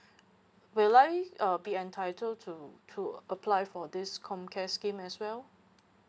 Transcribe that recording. will I uh be entitled to to apply for this com care scheme as well